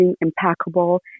impeccable